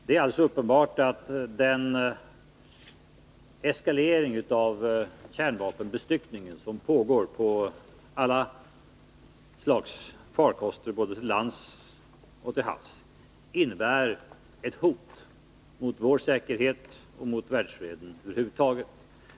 Det är uppenbart att den eskalering av kärnvapenbestyckningen som pågår på alla slags farkoster, både till lands och till havs, innebär ett hot mot vår säkerhet och mot världsfreden över huvud taget.